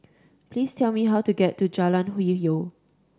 please tell me how to get to Jalan Hwi Yoh